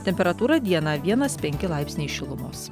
temperatūra dieną vienas penki laipsniai šilumos